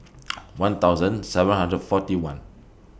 one thousand seven hundred forty one